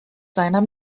seiner